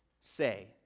say